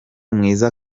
mwiza